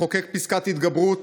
לחוקק פסקת התגברות,